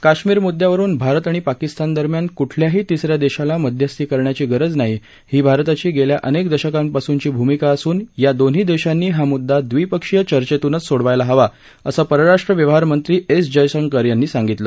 काश्मीर मुद्द्यावरून भारत आणि पाकिस्तान दरम्यान कुठल्याही तिसऱ्या देशाला मध्यस्थी करण्याची गरज नाही ही भारताची गेल्या अनेक दशकांपासूनची भूमिका असून या दोन्ही देशांनी हा मुद्दा द्विपक्षीय चर्चेतूनच सोडवायला हवा असं परराष्ट्र व्यवहार मंत्री एस जयशंकर यांनी सांगितलं